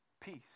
peace